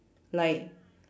like